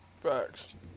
Facts